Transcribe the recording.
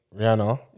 Rihanna